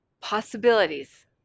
possibilities